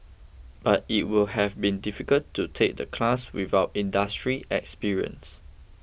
but it would have been difficult to take the class without industry experience